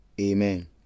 Amen